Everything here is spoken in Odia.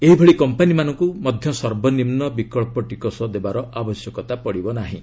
ଏହିଭଳି କମ୍ପାନୀମାନଙ୍କୁ ମଧ୍ୟ ସର୍ବନିମୁ ବିକଳ୍ପ ଟିକସ ଦେବାର ଆବଶ୍ୟକତା ପଡ଼ିବ ନାହିଁ